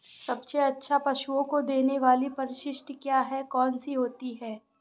सबसे अच्छा पशुओं को देने वाली परिशिष्ट क्या है? कौन सी होती है?